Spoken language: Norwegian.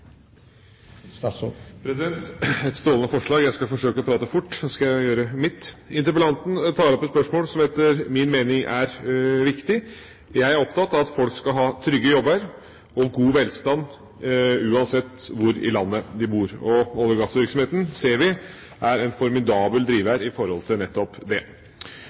Et strålende forslag – jeg skal forsøke å prate fort, og da gjøre mitt. Interpellanten tar opp et spørsmål som etter min mening er viktig. Jeg er opptatt av at folk skal ha trygge jobber og god velstand, uansett hvor i landet de bor. Olje- og gassvirksomheten ser vi er en formidabel driver i forhold til nettopp det.